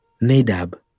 Nadab